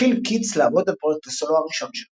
התחיל קיטס לעבוד על פרויקט הסולו הראשון שלו.